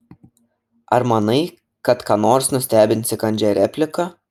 ar manai kad ką nors nustebinsi kandžia replika